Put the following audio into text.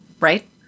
right